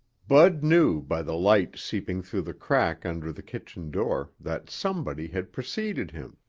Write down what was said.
bud knew by the light seeping through the crack under the kitchen door that somebody had preceded him.